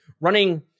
running